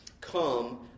come